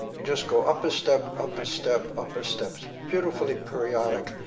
you just go up a step, up a step, up a step, beautifully periodic,